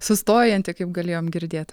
sustojanti kaip galėjom girdėt